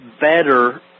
better